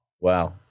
Wow